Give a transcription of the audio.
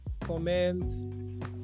comment